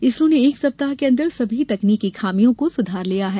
इसरो ने एक सप्ताह के अंदर सभी तकनीकी खामियों को सुधार दिया है